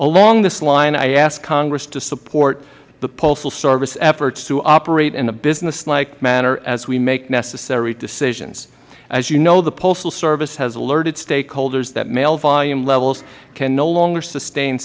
along this line i ask congress to support the postal service's efforts to operate in a business like manner as we make necessary decisions as you know the postal service has alerted stakeholders that mail volume levels can no longer sustain